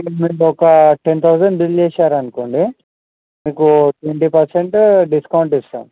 అంటే మీరు ఒక టెన్ తౌజండ్ బిల్ చేసారనుకోండి మీకు ట్వంటీ పర్సెంట్ డిస్కౌంట్ ఇస్తా